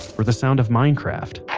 or the sound of minecraft,